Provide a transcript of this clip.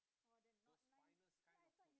for the cause I thought you